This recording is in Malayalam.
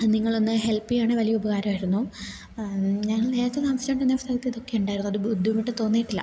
നിങ്ങളൊന്ന് ഹെല്പ് ചെയ്യുകയാണേൽ വലിയ ഉപകാരമായിരുന്നു ഞാൻ നേരത്തെ താമസിച്ചുകൊണ്ടിരുന്ന സ്ഥലത്ത് ഇതൊക്കെ ഉണ്ടായിരുന്നു അത് ബുദ്ധിമുട്ട് തോന്നിയിട്ടില്ല